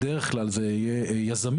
בדרך כלל זה יהיה יזמים,